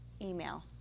email